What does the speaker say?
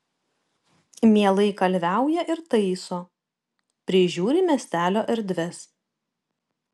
mielai kalviauja ir taiso prižiūri miestelio erdves